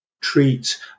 treat